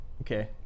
Okay